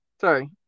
Sorry